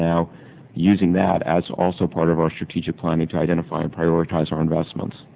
now using that as also part of our strategic planning to identify and prioritize our investments